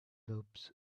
lobes